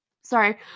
sorry